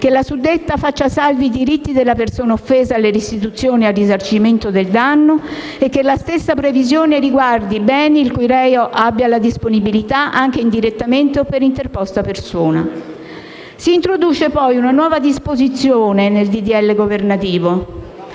che la suddetta faccia salvi i diritti della persona offesa alle restituzioni e al risarcimento del danno e che la stessa previsione riguardi i beni di cui il reo abbia la disponibilità anche indirettamente o per interposta persona. Si introduce poi una nuova disposizione nel disegno